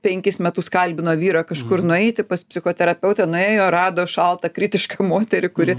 penkis metus kalbino vyrą kažkur nueiti pas psichoterapeutę nuėjo rado šaltą kritišką moterį kuri